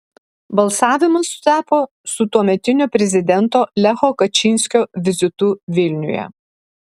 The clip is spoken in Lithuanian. balsavimas sutapo su tuometinio prezidento lecho kačynskio vizitu vilniuje